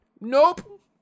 Nope